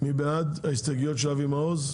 מי בעד ההסתייגויות של אבי מעוז?